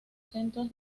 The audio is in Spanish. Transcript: centros